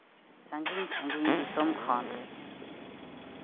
ᱥᱟᱺᱜᱤᱧ ᱥᱟᱺᱜᱤᱧ ᱫᱤᱥᱚᱢ ᱠᱷᱚᱱ